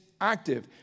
active